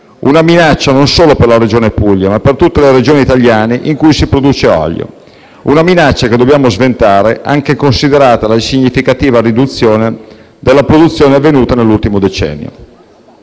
una minaccia non solo per la Puglia, ma anche per tutte le Regioni italiane in cui si produce olio, che dobbiamo sventare considerando anche la significativa riduzione della produzione avvenuta nell'ultimo decennio.